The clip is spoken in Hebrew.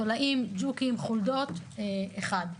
תולעים, ג'וקים וחולדות, זה דבר אחד.